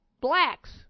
blacks